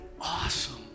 awesome